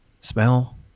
smell